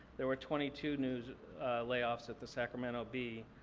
there were twenty two new layoffs at the sacramento bee.